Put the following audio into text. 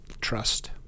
trust